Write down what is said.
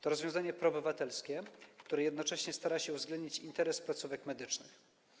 To rozwiązanie proobywatelskie, które jednocześnie stara się uwzględnić interes placówek medycznych.